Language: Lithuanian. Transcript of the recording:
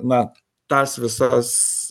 na tas visas